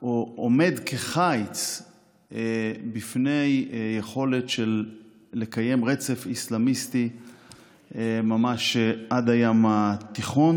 או עומד כחיץ לפני יכולת של לקיים רצף אסלאמיסטי ממש עד הים התיכון,